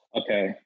Okay